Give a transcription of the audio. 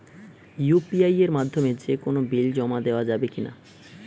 UPI এর মাধ্যমে যে কোনো বিল জমা দেওয়া যাবে কি না?